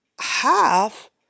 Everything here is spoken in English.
half